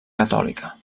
catòlica